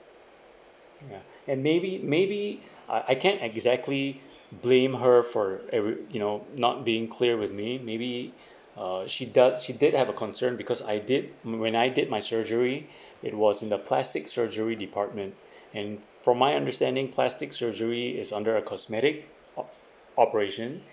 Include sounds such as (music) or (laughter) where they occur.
ya and maybe maybe (breath) uh I can't exactly blame her for every you know not being clear with me maybe (breath) uh she does she did have a concern because I did when I did my surgery (breath) it was in the plastic surgery department (breath) and from my understanding plastic surgery is under a cosmetic op~ operation (breath)